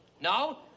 No